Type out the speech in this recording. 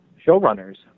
Showrunners